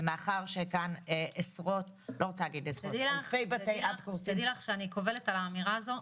ומאחר שאלפי בתי אב קורסים -- תדעי לך שאני קובלת על האמירה הזאת.